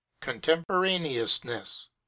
contemporaneousness